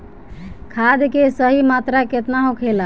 खाद्य के सही मात्रा केतना होखेला?